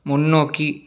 முன்னோக்கி